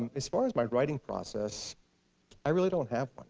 as far as my writing process i really don't have one.